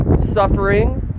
suffering